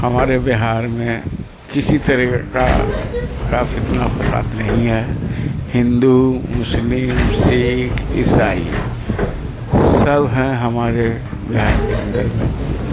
ہمارے بہار میں کسی طرح کا کا فتنہ فساد نہیں ہے ہندو مسلم سکھ عیسائی سب ہیں ہمارے بہار کے اندر میں